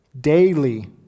daily